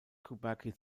kabuki